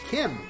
Kim